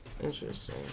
Interesting